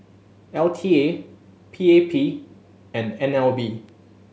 L T A P A P and N L B